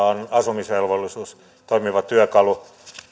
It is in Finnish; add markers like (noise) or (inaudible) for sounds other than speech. (unintelligible) on asumisvelvollisuus toimiva työkalu